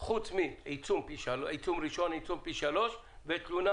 חוץ מעיצום ראשון, עיצום פי שלושה ותלונה